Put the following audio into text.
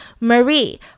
Marie